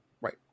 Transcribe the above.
Right